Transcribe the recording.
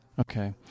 Okay